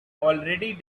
already